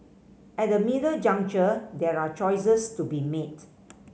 at the middle juncture there are choices to be made